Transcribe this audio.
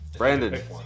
Brandon